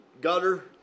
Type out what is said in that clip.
gutter